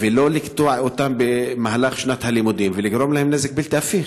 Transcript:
ולא לקטוע אותה במהלך שנת הלימודים ולגרום להם נזק בלתי הפיך?